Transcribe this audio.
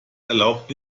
erlaubt